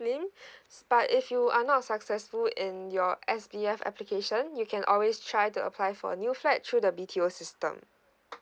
slim but if you are not successful in your S_B_F application you can always try to apply for new flat through the B_T_O system